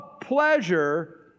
pleasure